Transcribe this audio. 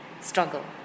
struggle